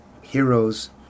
heroes